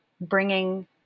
bringing